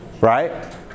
right